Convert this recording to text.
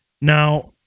Now